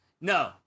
No